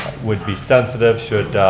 would be sensitive should